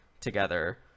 together